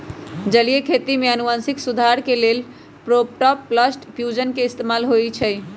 जलीय खेती में अनुवांशिक सुधार के लेल प्रोटॉपलस्ट फ्यूजन के इस्तेमाल होई छई